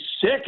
sick